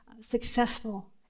successful